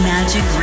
Magic